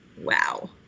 Wow